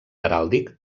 heràldic